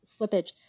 slippage